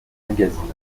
magazines